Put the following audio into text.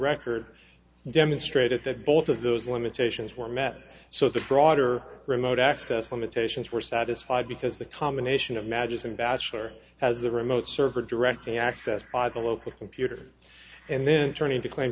record demonstrated that both of those limitations were met so the broader remote access limitations were satisfied because the combination of majesty and bachelor as the remote server directly accessed by the local computer and then turning to claim